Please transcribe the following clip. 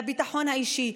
לביטחון האישי,